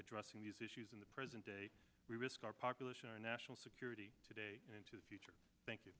addressing these issues in the present day we risk our population our national security today and to the future thank you